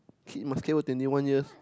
kids must care for twenty one years